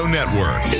Network